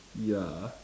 ya